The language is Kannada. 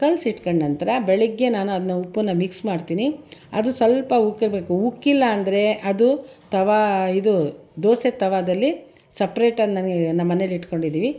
ಕಲ್ಸಿಟ್ಕೊಂಡ ನಂತರ ಬೆಳಗ್ಗೆ ನಾನು ಅದನ್ನ ಉಪ್ಪನ್ನ ಮಿಕ್ಸ್ ಮಾಡ್ತೀನಿ ಅದು ಸ್ವಲ್ಪ ಉಕ್ಕಿರಬೇಕು ಉಕ್ಕಿಲ್ಲ ಅಂದರೆ ಅದು ತವ ಇದು ದೋಸೆ ತವದಲ್ಲಿ ಸಪ್ರೇಟ್ ನಮ್ಮನೆಯಲ್ಲಿ ಇಟ್ಕೊಂಡಿದ್ದೀವಿ